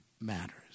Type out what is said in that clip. matters